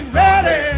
ready